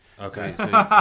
Okay